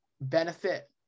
benefit